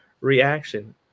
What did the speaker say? reaction